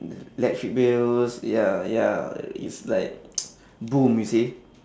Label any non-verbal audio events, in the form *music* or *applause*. electric bills ya ya it's like *noise* boom you see